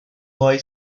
boy